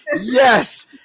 yes